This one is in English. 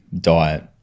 diet